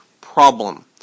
problem